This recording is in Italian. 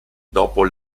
dopo